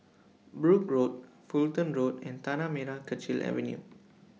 Brooke Road Fulton Road and Tanah Merah Kechil Avenue